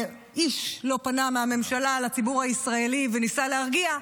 ואיש לא פנה מהממשלה לציבור הישראלי וניסה להרגיע,